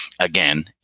again